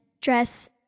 dress